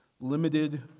limited